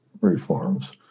reforms